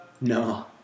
No